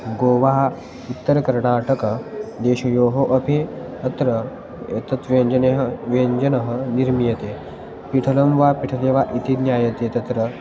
गोवा उत्तर कर्णाटकदेशयोः अपि अत्र एतत् व्यञ्जनं व्यञ्जनं निर्मीयते पिठलं वा पिठले वा इति ज्ञायते तत्र